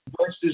versus